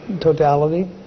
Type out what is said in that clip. totality